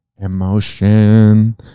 emotion